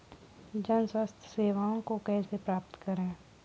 जन स्वास्थ्य सेवाओं को कैसे प्राप्त करें?